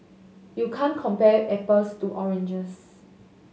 you can't compare apples to oranges